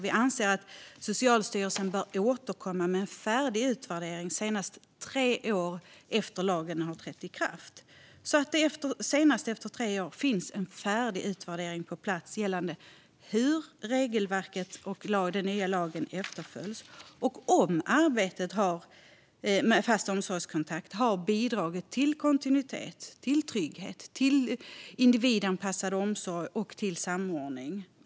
Vi anser att Socialstyrelsen bör återkomma med en färdig utvärdering senast tre år efter att lagen har trätt i kraft, så att det senast efter tre år finns en färdig utvärdering på plats gällande hur regelverket och den nya lagen efterlevs och om arbetet med en fast omsorgskontakt har bidragit till kontinuitet, till trygghet, till individanpassad omsorg och till samordning.